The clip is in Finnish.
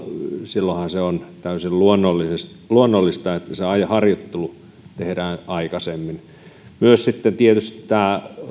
silloinhan se on täysin luonnollista että se ajoharjoittelu tehdään aikaisemmin sitten tietysti on myös tämä